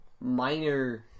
minor